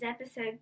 episode